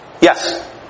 Yes